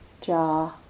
jaw